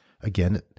Again